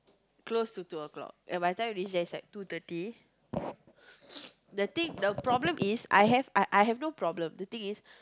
close to two o-clock ya by the time we reach there is like two thirty the thing the problem is I have I I have no problem the thing is